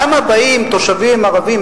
למה באים תושבים ערבים,